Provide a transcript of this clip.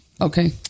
Okay